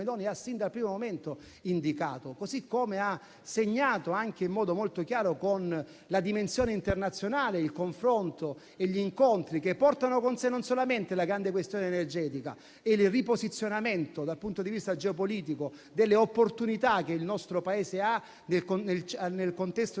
Meloni ha sin dal primo momento indicato. Così come ha segnato in modo molto chiaro, nella dimensione internazionale, non solo il confronto e gli incontri che portano con sé non solamente la grande questione energetica e il riposizionamento geopolitico delle opportunità del nostro Paese nel contesto